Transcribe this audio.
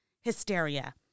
hysteria